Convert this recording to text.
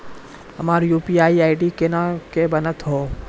हमर UPI ID कोना के बनत यो?